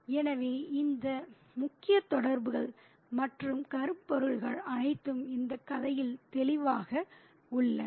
எனவே இந்த முக்கிய தொடர்புகள் மற்றும் கருப்பொருள்கள் அனைத்தும் இந்த கதையில் தெளிவாக உள்ளன